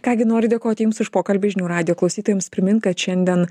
ką gi noriu dėkoti jums už pokalbį žinių radijo klausytojams primint kad šiandien